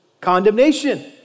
Condemnation